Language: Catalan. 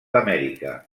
amèrica